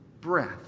breath